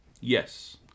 Yes